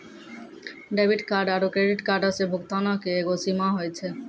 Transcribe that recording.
debit card आरू credit कार्डो से भुगतानो के एगो सीमा होय छै